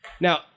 Now